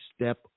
step